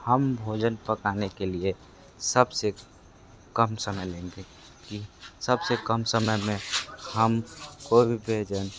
हम भोजन पकाने के लिए सबसे कम समय लेंगे कि सबसे कम समय में हम कोई भी भोजन